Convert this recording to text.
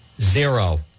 Zero